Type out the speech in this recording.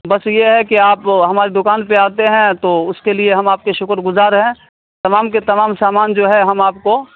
بس یہ ہے کہ آپ ہماری دکان پہ آتے ہیں تو اس کے لیے ہم آپ کے شکر گزار ہیں تمام کے تمام سامان جو ہے ہم آپ کو